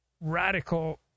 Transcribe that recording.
radical